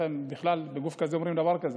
איך הם בכלל בגוף כזה אומרים דבר כזה,